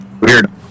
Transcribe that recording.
weird